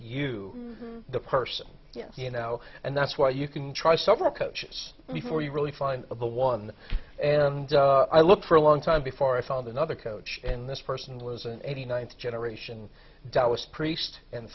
you the person you know and that's why you can try several coaches before you really find the one and i look for a long time before i found another coach and this person was an eighty ninth generation that was priest and